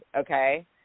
okay